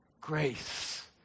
grace